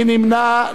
נא להצביע.